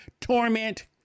torment